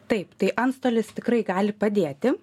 taip tai antstolis tikrai gali padėti